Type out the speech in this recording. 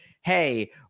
hey